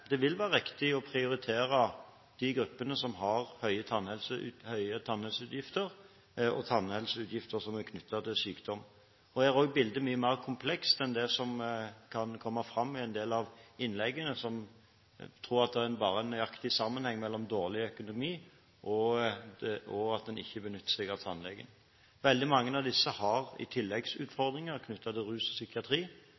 det vil være riktig å prioritere de gruppene som har høye tannhelseutgifter og tannhelseutgifter som er knyttet til sykdom. Her er også bildet mye mer komplekst enn det som kan komme fram i en del av innleggene, som tror at det bare er en nøyaktig sammenheng mellom dårlig økonomi og at en ikke benytter seg av tannlegen. Veldig mange av disse har